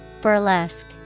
Burlesque